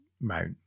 mount